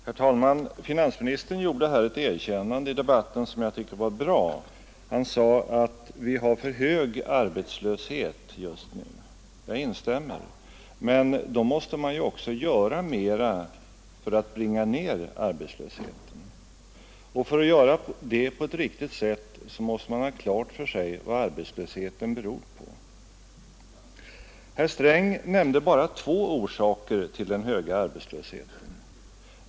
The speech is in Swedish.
Herr talman! Finansministern gjorde ett erkännande i debatten som jag tycker var bra. Han sade att vi har för hög arbetslöshet just nu. Jag instämmer. Men då måste man ju också göra mera för att bringa ner arbetslösheten, och för att kunna göra det på ett riktigt sätt måste man ha klart för sig vad arbetslösheten beror på. Herr Sträng nämnde bara två orsaker till den höga arbetslösheten.